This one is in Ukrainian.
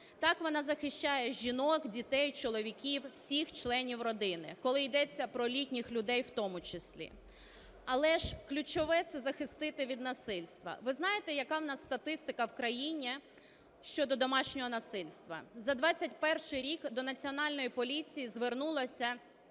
Так, вона захищає жінок, дітей, чоловіків, всіх членів родини, коли йдеться про літніх людей в тому числі. Але ж ключове – це захистити від насильства. Ви знаєте, яка в нас статистика в країні щодо домашнього насильства? За 2021 рік до Національної поліції звернулося